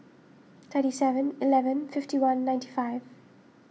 thirty Seven Eleven fifty one ninety five